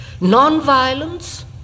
non-violence